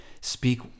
speak